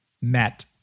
met